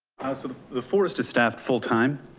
sort of the forest is staffed full time,